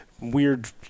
weird –